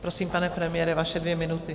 Prosím, pane premiére, vaše dvě minuty.